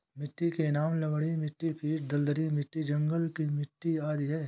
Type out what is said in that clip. मिट्टी के नाम लवणीय मिट्टी, पीट दलदली मिट्टी, जंगल की मिट्टी आदि है